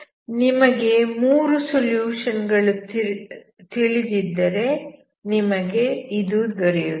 ನಿಮಗೆ 3 ಸೊಲ್ಯೂಷನ್ ಗಳು ತಿಳಿದಿದ್ದರೆ ನಿಮಗೆ ಇದು ದೊರೆಯುತ್ತದೆ